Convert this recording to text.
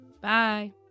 Bye